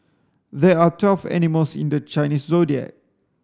there are twelve animals in the Chinese Zodiac